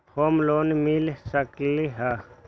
Home loan मिल सकलइ ह?